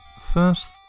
first